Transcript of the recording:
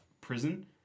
prison